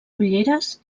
ulleres